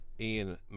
Ian